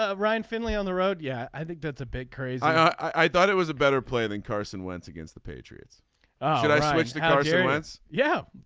ah ryan finley on the road. yeah i think that's a big craze. i thought it was a better play than carson wentz against the patriots should i switch the consequence once. yeah.